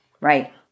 Right